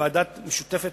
לוועדה המשותפת